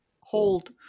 hold